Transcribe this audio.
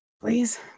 please